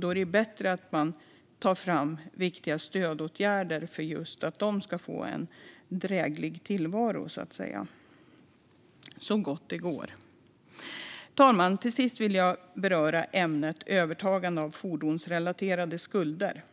Då är det bättre att man tar fram viktiga stödåtgärder för att de så gott det går ska få en dräglig tillvaro. Fru talman! Till sist vill jag beröra ämnet övertagande av fordonsrelaterade skulder.